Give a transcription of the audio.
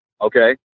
okay